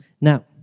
Now